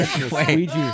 Squeegee